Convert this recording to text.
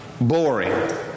boring